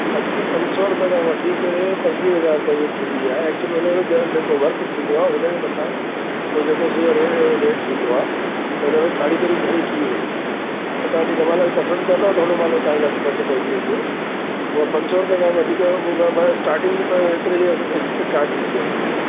अघु पंसौ रुपए खां वठी करे पंजवीह हज़ार ताईं थींदी आहे एक्चुल में मन ज जेको वर्क थींदो आहे उनजे मथां ओ सॼो जेको रे रेट थींदो आहे त उनमें कारीगरी घणेई की वई आहे पोइ तव्हां जंहिंमहिल पसंदि कंदव हुन मल हुनमहिल तव्हांखे अघि पतो पइजी वेंदो उहो पंज सौ रुपए खां वठी करे म म स्टार्टींग रुपए एतिरे ई स्टार्ट थींदी आहे घट में घटि